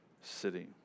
city